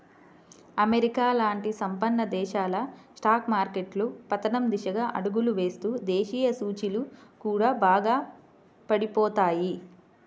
America లాంటి సంపన్న దేశాల స్టాక్ మార్కెట్లు పతనం దిశగా అడుగులు వేస్తే దేశీయ సూచీలు కూడా బాగా పడిపోతాయి